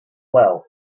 well